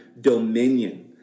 dominion